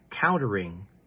countering